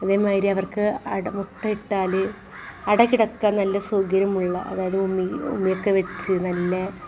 അതേമാതിരി അവർക്ക് അട മുട്ട ഇട്ടാൽ അട കിടക്കാൻ നല്ല സൗകര്യമുള്ള അതായത് ഉമി ഉമി ഒക്കെ വെച്ച് നല്ല